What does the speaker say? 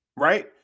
Right